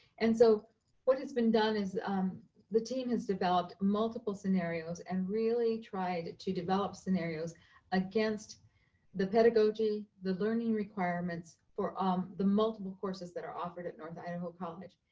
and so what has been done is the team has developed multiple scenarios and really tried to develop scenarios against the pedagogy, the learning requirements, for um the multiple courses that are offered at north idaho college.